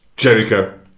Jericho